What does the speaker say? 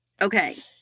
Okay